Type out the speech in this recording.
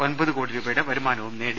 ഒൻപത് കോടി രൂപയുടെ വരുമാനവും നേടി